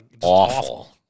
awful